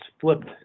flipped